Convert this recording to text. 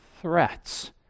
threats